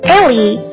Ellie